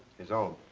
his own.